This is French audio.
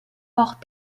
hors